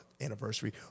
anniversary